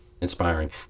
inspiring